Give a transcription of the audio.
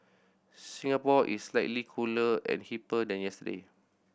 Singapore is slightly cooler and hipper than yesterday